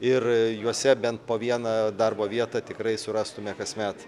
ir juose bent po vieną darbo vietą tikrai surastume kasmet